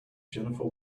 jennifer